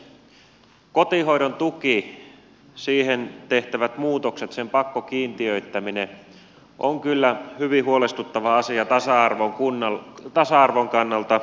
kotihoidon tuki siihen tehtävät muutokset sen pakkokiintiöittäminen on kyllä hyvin huolestuttava asia tasa arvon kannalta